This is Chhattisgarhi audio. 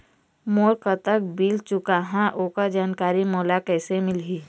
मोर कतक बिल चुकाहां ओकर जानकारी मोला कैसे मिलही?